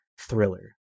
thriller